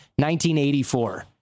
1984